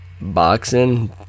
Boxing